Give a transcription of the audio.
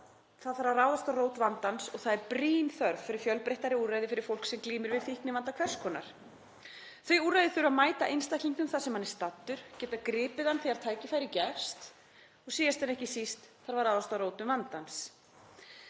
þarf að rót vandans og það er brýn þörf fyrir fjölbreyttari úrræði fyrir fólk sem glímir við fíknivanda hvers konar. Þau úrræði þurfa að mæta einstaklingnum þar sem hann er staddur, geta gripið hann þegar tækifæri gefst og síðast en ekki síst þarf að ráðast að rótum vandans.